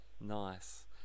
nice